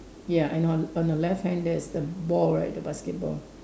ya and on on the left hand there is the ball right the basketball